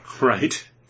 Right